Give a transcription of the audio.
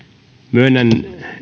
myönnän